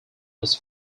was